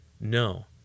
No